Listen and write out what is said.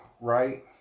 right